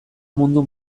mundu